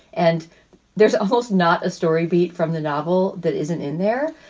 and there's a host, not a story beat from the novel that isn't in there.